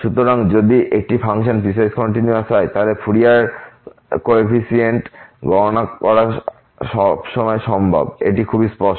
সুতরাং যদি একটি ফাংশন পিসওয়াইস কন্টিনিউয়াস হয় তাহলে ফুরিয়ার কো এফিসিয়েন্ট গণনা করা সবসময় সম্ভব এটি খুবই স্পষ্ট